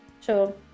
Sure